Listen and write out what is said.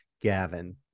Gavin